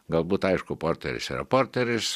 galbūt aišku porteris yra porteris